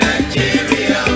Nigeria